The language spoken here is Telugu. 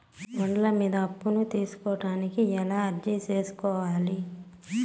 బండ్ల మీద అప్పును తీసుకోడానికి ఎలా అర్జీ సేసుకోవాలి?